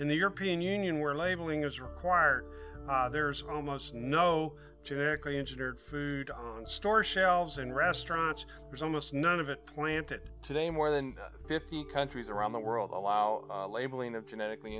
in the european union where labeling is required there's almost no generically engineered food on store shelves in restaurants because almost none of it planted today more than fifty countries around the world allow labeling of genetically